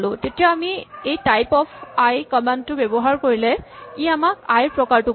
এতিয়া আমি এই টাইপ অফ আই কমাণ্ড টো ব্যৱহাৰ কৰিলে ই আমাক আই ৰ প্ৰকাৰটো ক'ব